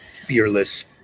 fearless